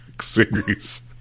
series